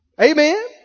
Amen